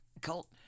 cult